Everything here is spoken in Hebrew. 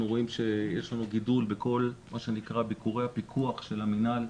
רואים שיש לנו גידול בכל ביקורי הפיקוח של המינהל.